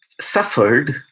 suffered